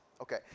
Okay